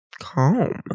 calm